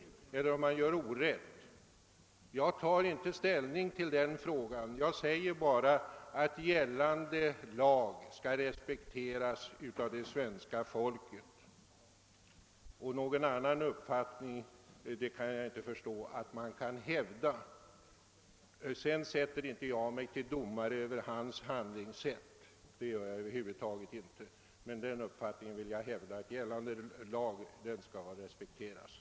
Jag tar inte ställning till den frågan. Jag sätter mig inte som domare över hans handlingssätt utan jag säger bara att gällande lag skall respekteras av svenska folket. Jag kan inte förstå att man kan hävda någon annan uppfattning.